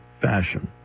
fashion